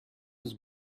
his